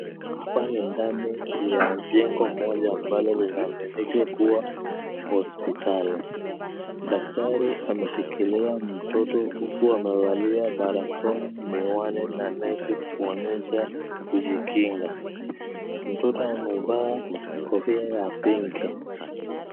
Hapa ni ndani ya jengo moja ambalo lina aminika kuwa hospitali. Daktari ameshikilia mtoto huku amevalia barakoa, miwani na neti kuonyesha kujikinga. Mtoto amevaa kofia ya pink .